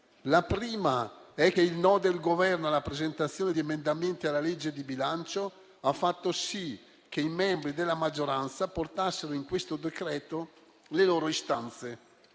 La prima è che il no del Governo alla presentazione di emendamenti alla legge di bilancio ha fatto sì che i membri della maggioranza portassero in questo decreto le loro istanze.